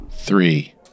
Three